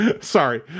sorry